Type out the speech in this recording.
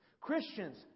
Christians